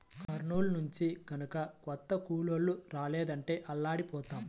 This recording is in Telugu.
కర్నూలు నుంచి గనక కొత్త కూలోళ్ళు రాలేదంటే అల్లాడిపోతాం